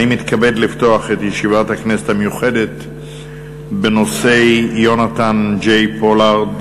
אני מתכבד לפתוח את ישיבת הכנסת המיוחדת בנושא יונתן ג'יי פולארד,